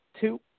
two